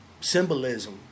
symbolism